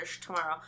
tomorrow